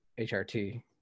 hrt